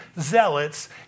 zealots